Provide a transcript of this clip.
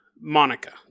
Monica